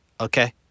Okay